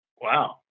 wow